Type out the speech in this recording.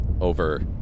over